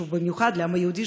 חשוב במיוחד לעם היהודי,